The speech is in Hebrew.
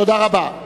תודה רבה.